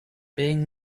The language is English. being